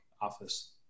office